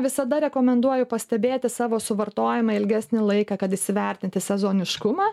visada rekomenduoju pastebėti savo suvartojimą ilgesnį laiką kad įsivertinti sezoniškumą